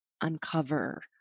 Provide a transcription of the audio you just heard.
uncover